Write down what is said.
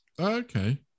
Okay